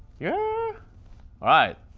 yeah! all right!